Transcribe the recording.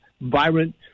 vibrant